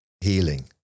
healing